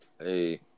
Hey